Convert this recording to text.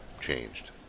changed